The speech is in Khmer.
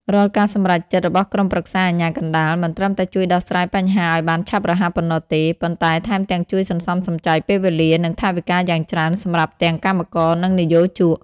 រាល់ការសម្រេចចិត្តរបស់ក្រុមប្រឹក្សាអាជ្ញាកណ្តាល មិនត្រឹមតែជួយដោះស្រាយបញ្ហាឱ្យបានឆាប់រហ័សប៉ុណ្ណោះទេ ប៉ុន្តែថែមទាំងជួយសន្សំសំចៃពេលវេលា និងថវិកាយ៉ាងច្រើនសម្រាប់ទាំងកម្មករ និងនិយោជក។